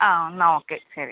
ആ എന്നാൽ ഓക്കെ ശരി